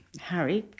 Harry